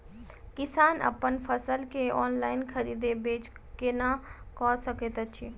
किसान अप्पन फसल केँ ऑनलाइन खरीदै बेच केना कऽ सकैत अछि?